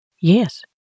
Yes